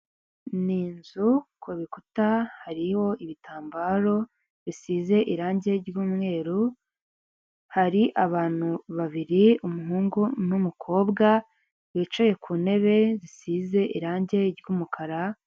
Ni inzu ku bikuta hariho ibitambaro bisize irangi ry'umweru, hari abantu babiri umuhungu n'umukobwa bicaye ku ntebe zisize irangi ry'umukara,